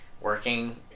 working